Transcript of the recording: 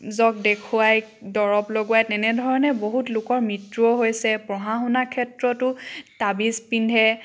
ক দেখুৱাই দৰব লগোৱাই তেনেধৰণে বহুত লোকৰ মৃত্যুও হৈছে পঢ়া শুনা ক্ষেত্ৰতো তাবিজ পিন্ধে